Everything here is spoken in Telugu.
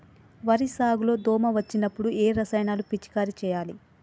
వరి సాగు లో దోమ వచ్చినప్పుడు ఏ రసాయనాలు పిచికారీ చేయాలి?